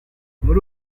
muri